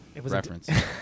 Reference